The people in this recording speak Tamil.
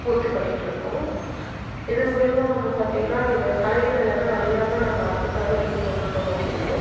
பூர்த்தி பண்ணிட்டுருக்கோம் இது மூலிமா வந்து பார்த்திங்கனா இந்த கலைகள் எல்லாம் அழியாம நம்ம அடுத்த தலைமுறைக்கு கொண்டு போக முடியும்